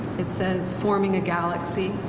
it says forming a galaxy,